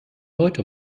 leute